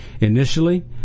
Initially